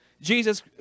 Jesus